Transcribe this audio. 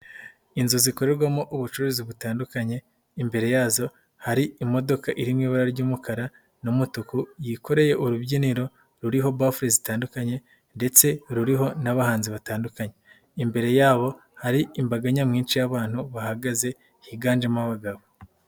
Inzu zikorerwamo ubucuruzi butandukanye, imbere yazo hari imodoka iri mu ibara ry'umukara n'umutuku, yikoreye urubyiniro ruriho bafule zitandukanye ndetse ruriho n'abahanzi batandukanye, imbere yabo hari imbaga nyamwinshi y'abantu bahagaze higanjemo abagabo.